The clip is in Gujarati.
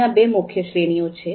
અહિયાં બે મુખ્ય શ્રેણીઓ છે